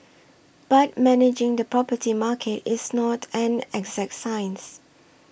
but managing the property market is not an exact science